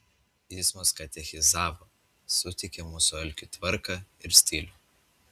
jis mus katechizavo suteikė mūsų alkiui tvarką ir stilių